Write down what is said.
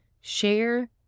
share